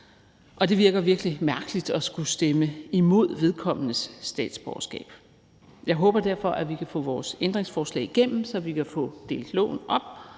og det virker virkelig mærkeligt at skulle stemme imod vedkommendes statsborgerskab. Jeg håber derfor, at vi kan få vores ændringsforslag igennem, så vi kan få delt